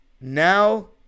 now